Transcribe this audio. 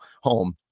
home